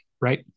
Right